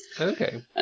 okay